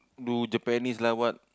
do Japanese like what